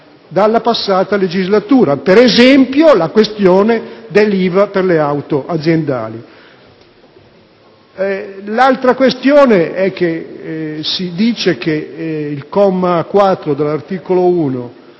dalla passata legislatura, per esempio la questione dell'IVA per le auto aziendali. Si dice poi che il comma 4 dell'articolo 1